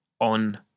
on